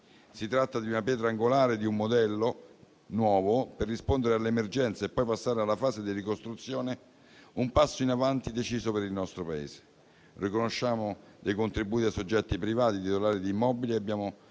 Si tratta di una pietra angolare e di un modello nuovo per rispondere alle emergenze e poi passare alla fase di ricostruzione, un passo in avanti deciso per il nostro Paese. Riconosciamo dei contributi a soggetti privati titolari di immobili che abbiano